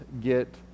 get